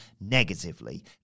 negatively